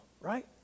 right